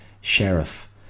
sheriff